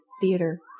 Theater